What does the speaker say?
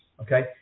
okay